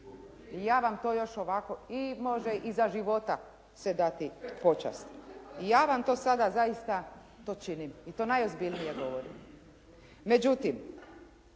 i ja vam to još ovako, i može i za života se dati počast. Ja vam to sada zaista to činim i to najozbiljnije govorim. Međutim,